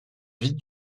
vie